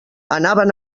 anaven